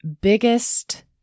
biggest